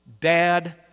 Dad